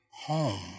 home